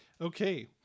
Okay